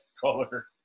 color